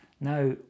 Now